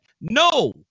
No